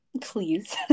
Please